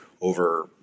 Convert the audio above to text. over